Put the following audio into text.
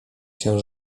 się